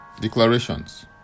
Declarations